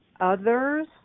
others